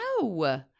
No